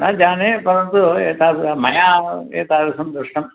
न जाने परन्तु एता मया एतादृशं दृष्टम्